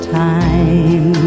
time